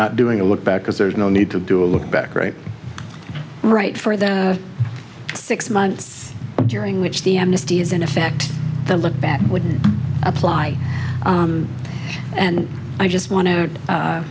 not doing a look back because there's no need to do a look back right right for the six months during which the amnesty is in effect the look back would apply and i just want to